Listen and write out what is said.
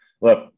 Look